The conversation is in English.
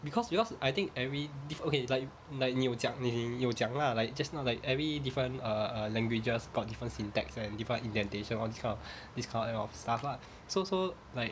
because because I think every diff~ okay like like 你有讲你有讲 lah like just now like every different err languages got different syntax and different indentation all these kind of these kind of stuff lah so so like